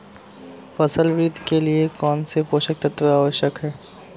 फसल वृद्धि के लिए कौनसे पोषक तत्व आवश्यक हैं?